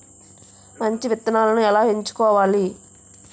మంచి విత్తనాలను ఎలా ఎంచుకోవాలి?